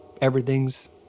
Everything's